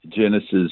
Genesis